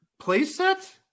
playset